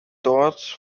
dort